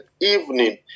evening